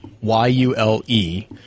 Y-U-L-E